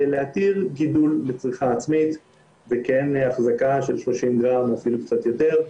להתיר גידול לצריכה עצמית וכן החזקה של 30 גרם או אפילו קצת יותר,